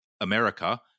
America